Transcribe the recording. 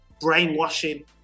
brainwashing